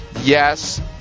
Yes